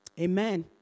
Amen